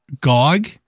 GOG